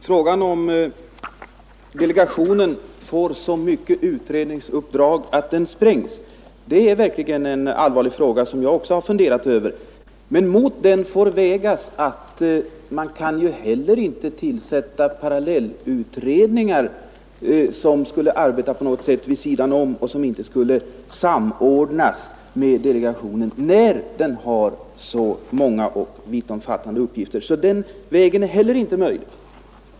Herr talman! Att delegationen skulle få så mycket utredningsuppdrag att den sprängdes vore verkligen allvarligt. Också jag har funderat över detta. Men man kan heller inte tillsätta parallellutredningar, som skall arbeta vid sidan om delegationen. Eftersom delegationen har så många och vittomfattande uppgifter är det inte möjligt att tillsätta andra utredningar.